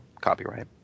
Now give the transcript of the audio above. copyright